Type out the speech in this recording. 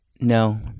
no